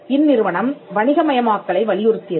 இந்நிறுவனம் வணிகமயமாக்கலை வலியுறுத்தியது